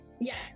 Yes